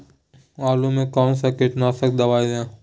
आलू में कौन सा कीटनाशक दवाएं दे?